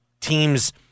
teams